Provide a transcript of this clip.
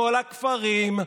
בכל הכפרים,